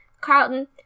Carlton